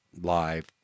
Live